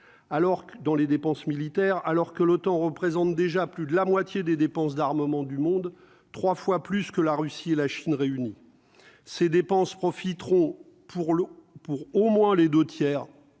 dans les dépenses militaires, alors que l'OTAN représente déjà plus de la moitié des dépenses d'armement du monde, 3 fois plus que la Russie et la Chine réunit ses dépenses profiteront pour l'eau, pour au moins les 2 tiers